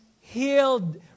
healed